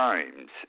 Times